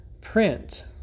print